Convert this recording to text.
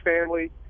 family